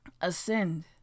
ascend